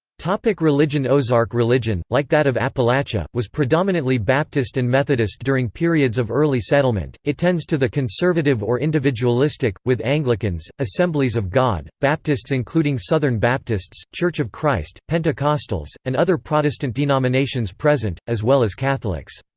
like religion ozark religion, like that of appalachia, was predominantly baptist and methodist during periods of early settlement it tends to the conservative or individualistic, with anglicans, assemblies of god, baptists including southern baptists, church of christ, pentecostals, and other protestant denominations present, as well as catholics.